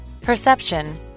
Perception